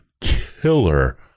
killer